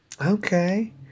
Okay